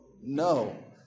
No